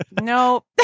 No